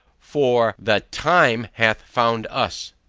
for, the time hath found us.